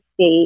state